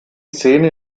szene